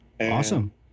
Awesome